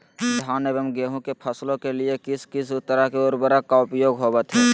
धान एवं गेहूं के फसलों के लिए किस किस तरह के उर्वरक का उपयोग होवत है?